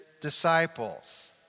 disciples